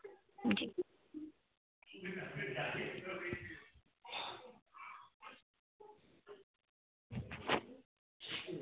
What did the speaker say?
जी